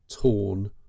torn